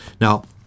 Now